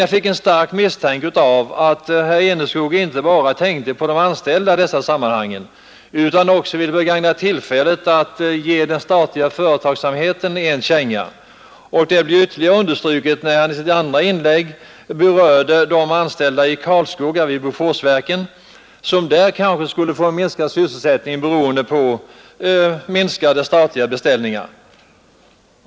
Jag fick dock en stark känsla av att herr Enskog inte bara tänkte på de anställda i detta sammanhang utan även ville begagna tillfället att ge den statliga företagsamheten en känga. Detta underströks ytterligare när han i sitt andra inlägg berörde de anställda vid Boforsverken i Karlskoga, som kanske skulle få minskad sysselsättning beroende på minskade statliga beställningar.